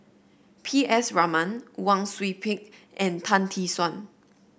P S Raman Wang Sui Pick and Tan Tee Suan